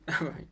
Right